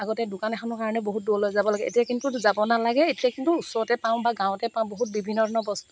আগতে দোকান এখনৰ কাৰণে বহুত দূৰলৈ যাব লাগে এতিয়া কিন্তু যাব নালাগে এতিয়া কিন্তু ওচৰতে পাওঁ বা গাঁৱতে পাওঁ বহুত বিভিন্ন ধৰণৰ বস্তু